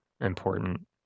Important